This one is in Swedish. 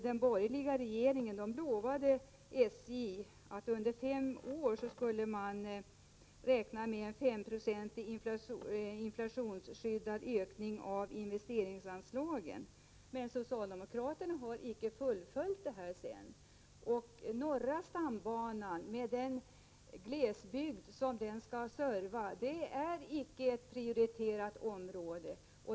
Den borgerliga regeringen lovade faktiskt SJ en 5-procentig inflationsskyddad ökning av investeringsanslagen under fem år. Men socialdemokraterna har icke fullföljt detta. Den glesbygd som norra stambanan skall serva äricke ett prioriterat område.